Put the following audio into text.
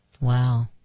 Wow